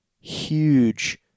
huge